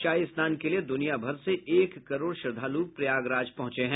शाही स्नान के लिए दुनिया भर से एक करोड़ श्रद्धालु प्रयागराज पहुंचे हैं